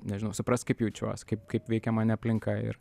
nežinau suprast kaip jaučiuos kaip kaip veikia mane aplinka ir